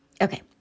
okay